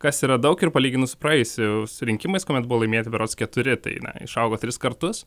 kas yra daug ir palyginus su praėjusiu su rinkimais kuomet buvo laimėti berods keturi tai na išaugo tris kartus